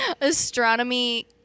Astronomy